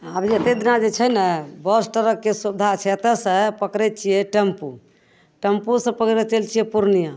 अभी एते दिना जे छै ने बस ट्रकके सुविधा छै एतऽसँ पकड़य छियै टेम्पू टेम्पूसँ पकड़ि कऽ चलि जाइ छियै पूर्णियाँ